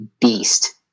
beast